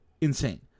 insane